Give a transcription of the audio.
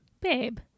Babe